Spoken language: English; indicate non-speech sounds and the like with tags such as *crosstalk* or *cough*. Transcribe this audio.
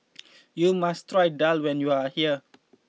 *noise* you must try Daal when you are here